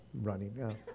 running